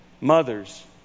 Mothers